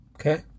Okay